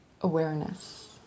awareness